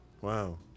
Wow